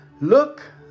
Look